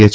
H